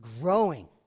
growing